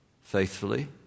faithfully